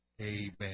Amen